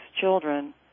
children